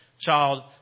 child